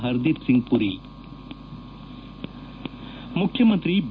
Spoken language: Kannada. ಪರಿದೀಪ್ ಸಿಂಗ್ ಪುರಿ ಮುಖ್ಯಮಂತ್ರಿ ಬಿ